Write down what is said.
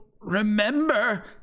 remember